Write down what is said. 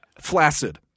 Flaccid